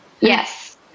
Yes